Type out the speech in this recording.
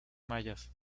mayas